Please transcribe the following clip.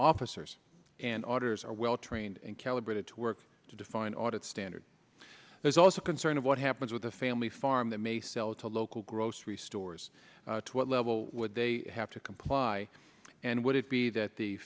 officers and authors are well trained and calibrated to work to define audit standards there's also concern of what happens with the family farm that may sell to local grocery stores what level would they have to comply and would it be that the